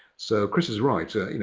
so, chris is right. ah you know